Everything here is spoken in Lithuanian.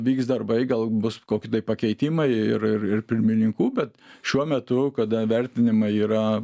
vyks darbai gal bus koki tai pakeitimai ir ir pirmininkų bet šiuo metu kada vertinimai yra